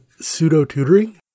pseudo-tutoring